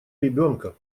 ребёнка